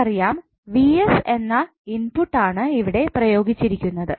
നമുക്കറിയാം 𝑣𝑠 എന്ന ഇൻപുട്ട് ആണ് ഇവിടെ പ്രയോഗിച്ചിരിക്കുന്നത്